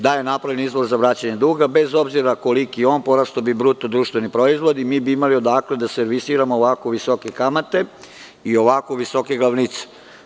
Da je napravljen izlaz za vraćanje duga, bez obzira koliki on porastao bi bruto društveni proizvod i mi bi imali odakle da se servisiramo ovako visoke kamate i ovako visoke glavnice.